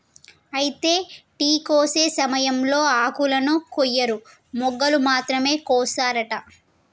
అయితే టీ కోసే సమయంలో ఆకులను కొయ్యరు మొగ్గలు మాత్రమే కోస్తారట